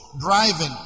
driving